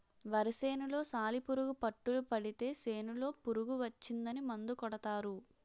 వరి సేనులో సాలిపురుగు పట్టులు పడితే సేనులో పురుగు వచ్చిందని మందు కొడతారు